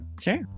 Sure